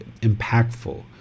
impactful